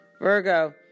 Virgo